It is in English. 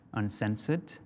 uncensored